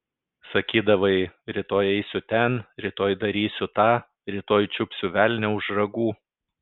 sakydavai rytoj eisiu ten rytoj darysiu tą rytoj čiupsiu velnią už ragų